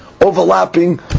overlapping